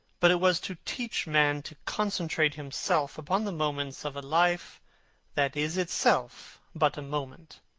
but it was to teach man to concentrate himself upon the moments of a life that is itself but a moment.